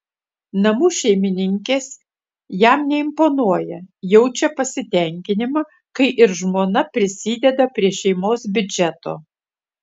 namų šeimininkės jam neimponuoja jaučia pasitenkinimą kai ir žmona prisideda prie šeimos biudžeto